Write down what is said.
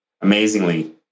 amazingly